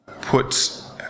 puts